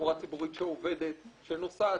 תחבורה ציבורית שעובדת, שנוסעת.